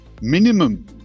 minimum